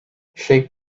shape